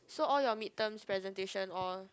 so all you midterm presentation all